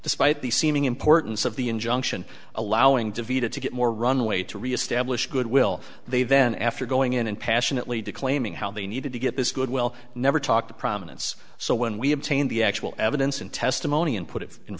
despite the seeming importance of the injunction allowing devoted to get more runway to reestablish good will they then after going in and passionately declaiming how they needed to get this good will never talk to prominence so when we obtain the actual evidence and testimony and put i